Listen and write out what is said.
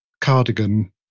cardigan